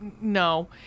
No